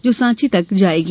जो सांची तक जायेगी